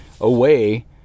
away